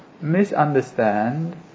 misunderstand